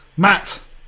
Matt